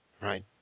Right